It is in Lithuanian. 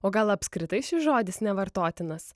o gal apskritai šis žodis nevartotinas